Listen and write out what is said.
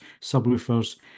subwoofers